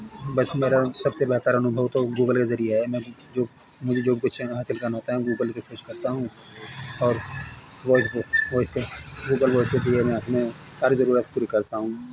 بس میرا سب سے بہتر انوبھو تو گوگل کے ذریعہ ہے میں جو مجھے جو کچھ حاصل کرنا ہوتا ہے گوگل پہ سرچ کرتا ہوں اور وائس بک وس گوگل وس کے میں اپنے ساری ضرورت پوری کرتا ہوں